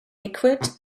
liquid